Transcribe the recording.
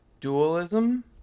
Dualism